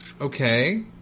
Okay